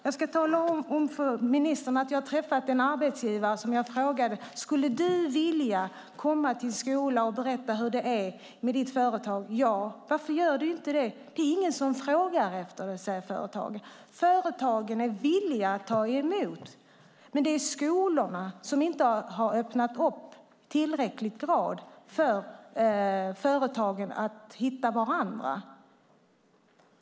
Jag ska tala om för ministern att jag har träffat en arbetsgivare som jag frågade: Skulle du vilja komma till en skola och berätta hur det är med ditt företag? Ja. Varför gör du inte det? Det är ingen som frågar efter det, säger företagaren. Företagen är villiga att ta emot. Det är skolorna som inte har öppnat i tillräcklig grad för företagen och skolorna att hitta varandra.